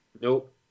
Nope